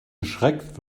erschreckt